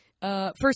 First